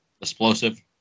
explosive